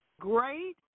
great